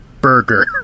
burger